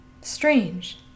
Strange